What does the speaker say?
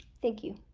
thank you.